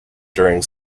during